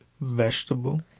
Vegetable